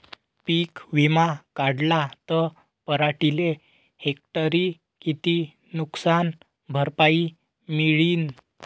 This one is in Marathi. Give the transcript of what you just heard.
पीक विमा काढला त पराटीले हेक्टरी किती नुकसान भरपाई मिळीनं?